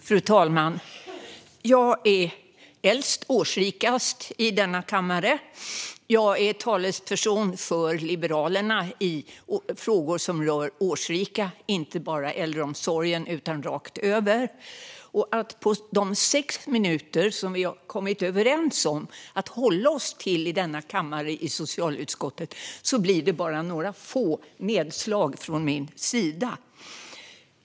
Fru talman! Jag är äldst, årsrikast, i denna kammare. Jag är talesperson för Liberalerna i frågor som rör årsrika - inte bara äldreomsorgen utan rakt över. På de sex minuter som vi i socialutskottet har kommit överens om att hålla oss till i denna kammare kan det bara bli några få nedslag från min sida.